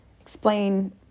explain